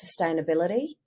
sustainability